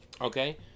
Okay